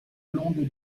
longue